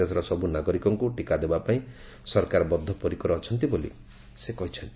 ଦେଶର ସବୁ ନାଗରିକଙ୍କୁ ଟିକା ଦେବା ପାଇଁ ସରକାର ବଦ୍ଧପରିକର ଅଛନ୍ତି ବୋଲି ସେ କହିଚ୍ଛନ୍ତି